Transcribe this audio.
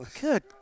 Good